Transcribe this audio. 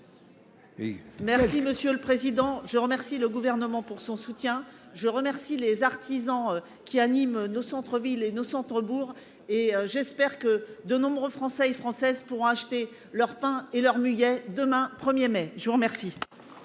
Merci Monsieur le Président. Je remercie le gouvernement pour son soutien. Je remercie les artisans qui animent nos centres-villes et nos centres-bourges. Et j'espère que de nombreux Français et Françaises pourront acheter leur pain et leur mullet demain 1er mai. Je vous remercie.